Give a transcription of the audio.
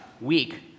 week